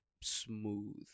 smooth